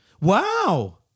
Wow